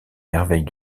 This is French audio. merveilles